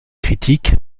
critique